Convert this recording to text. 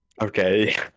Okay